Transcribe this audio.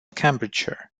cambridgeshire